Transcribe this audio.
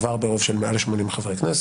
עבר ברוב של מעל 80 חברי כנסת,